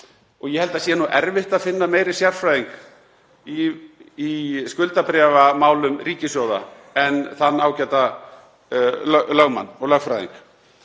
Ég held að það sé erfitt að finna meiri sérfræðing í skuldabréfamálum ríkissjóða en þann ágæta lögmann og lögfræðing